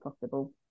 possible